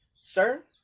sir